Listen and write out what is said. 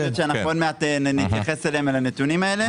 זה בדיוק ההתייחסות שלנו לנתונים האלה.